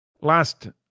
Last